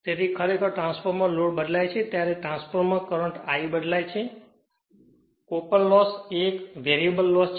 તેથી ખરેખર transformer load બદલાય છે ત્યારે ટ્રાન્સફોર્મર કરંટ I બદલાય છે તેથી આ કોપર લોસ એ એક વેરીએબલ લોસ છે